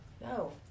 No